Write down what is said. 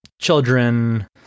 children